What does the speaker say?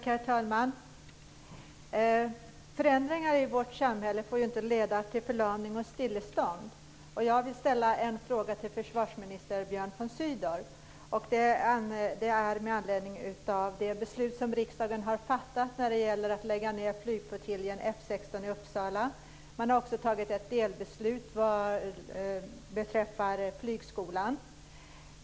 Herr talman! Förändringar i vårt samhälle får inte leda till förlamning och stillestånd. Jag vill ställa en fråga till försvarsminister Björn von Sydow med anledning av det beslut som riksdagen har fattat om att lägga ned flygflottiljen F 16 i Uppsala. Man har också fattat ett delbeslut beträffande flygskolan.